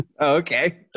Okay